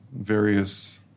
various